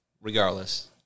regardless